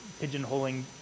pigeonholing